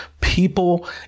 people